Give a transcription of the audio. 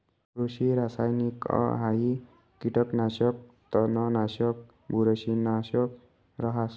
कृषि रासायनिकहाई कीटकनाशक, तणनाशक, बुरशीनाशक रहास